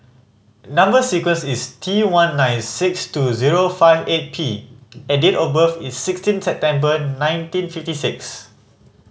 number sequence is T one nine six two zero five eight P and date of birth is sixteen September nineteen fifty six